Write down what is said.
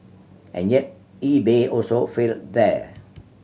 and yet eBay also failed there